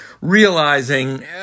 realizing